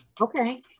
okay